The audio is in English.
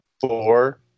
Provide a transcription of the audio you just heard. four